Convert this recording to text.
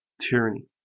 tyranny